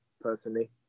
personally